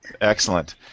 Excellent